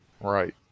Right